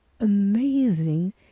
amazing